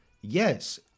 yes